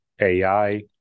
AI